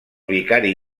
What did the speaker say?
vicari